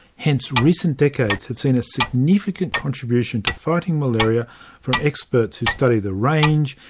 hence recent decades have seen a significant contribution to fighting malaria from experts who study the range,